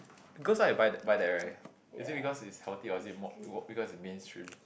girls like to buy buy that right is it because it's healthy or is it more more because it's mainstream